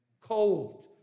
cold